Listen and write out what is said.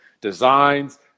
designs